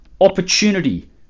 opportunity